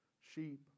sheep